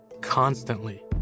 constantly